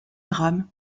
drame